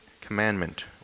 commandment